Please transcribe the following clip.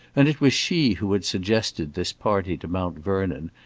and it was she who had suggested this party to mount vernon,